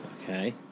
Okay